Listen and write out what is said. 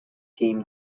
team